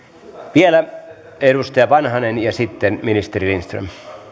vielä edustaja vanhanen ja sitten ministeri lindström